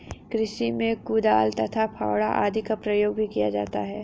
कृषि में कुदाल तथा फावड़ा आदि का प्रयोग भी किया जाता है